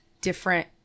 different